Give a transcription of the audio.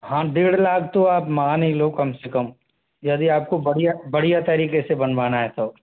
हाँ डेढ़ लाख तो आप मान ही लो कम से कम यदि आपको बढ़िया बढ़िया तरीके से बनवाना है तो